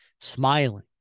Smiling